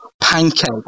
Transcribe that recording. pancake